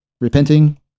repenting